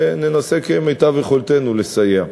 וננסה כמיטב יכולתנו לסייע.